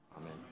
Amen